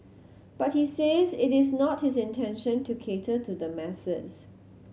but he says it is not his intention to cater to the masses